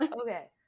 Okay